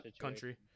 country